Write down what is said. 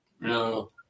No